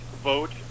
Vote